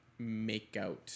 Makeout